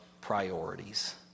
Priorities